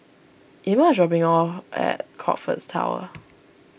Ima dropping me off at Crockfords Tower